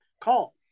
Call